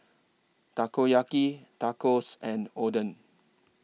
Takoyaki Tacos and Oden